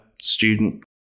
student